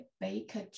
Baker